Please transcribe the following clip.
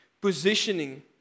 positioning